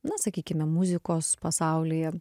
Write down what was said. na sakykime muzikos pasaulyje